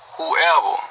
Whoever